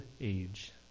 age